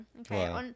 okay